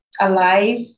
alive